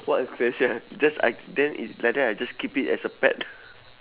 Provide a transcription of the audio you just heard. what a question ah just I then if like that I just keep it as a pet